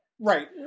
Right